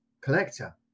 collector